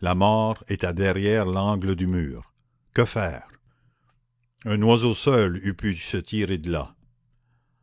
la mort était derrière l'angle du mur que faire un oiseau seul eût pu se tirer de là